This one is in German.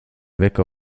wecker